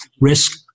risk